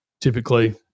typically